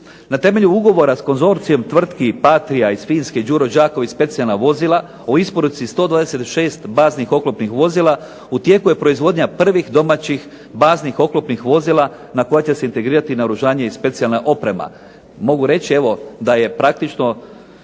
Na temelju ugovora s konzorcijem tvrtki "Patria" iz Finske, "Đuro Đaković" specijalna vozila o isporuci 126 baznih oklopnih vozila u tijeku je proizvodnja prvih domaćih baznih oklopnih vozila na koja će se integrirati naoružanje i specijalna oprema. Mogu reći da je praktično